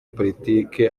politike